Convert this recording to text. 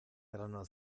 erano